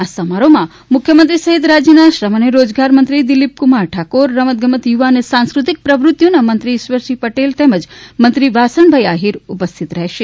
આ સમારોહમાં મુખ્યમંત્રી સહિત રાજ્યના શ્રમ અને રોજગારમંત્રી દિલીપકુમાર ઠાકોર રમતગમત યુવા અને સાંસ્કૃતિક પ્રવૃતિઓના મંત્રી ઇશ્વરસિંહ પટેલ તેમજ મંત્રી વાસણભાઇ આહીર ઉપસ્થિત રહેશે